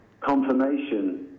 confirmation